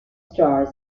stars